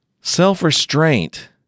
Self-restraint